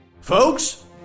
Folks